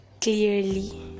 clearly